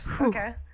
okay